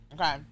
okay